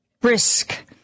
brisk